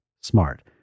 smart